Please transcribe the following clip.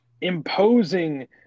imposing